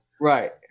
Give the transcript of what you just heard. Right